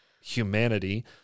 humanity